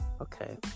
Okay